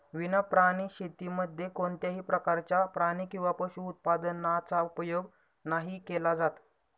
विना प्राणी शेतीमध्ये कोणत्याही प्रकारच्या प्राणी किंवा पशु उत्पादनाचा उपयोग नाही केला जात